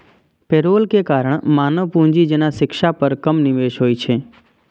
payroll के कारण मानव पूंजी जेना शिक्षा पर कम निवेश होइ छै